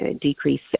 decrease